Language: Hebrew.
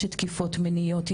יש תקיפות מיניות,